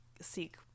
seek